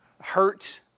hurt